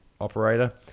operator